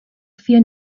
fear